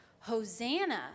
Hosanna